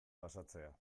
pasatzea